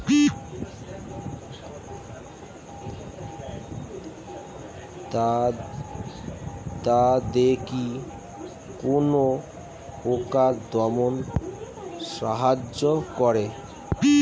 দাদেকি কোন পোকা দমনে সাহায্য করে?